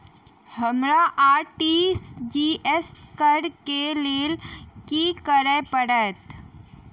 हमरा आर.टी.जी.एस करऽ केँ लेल की करऽ पड़तै?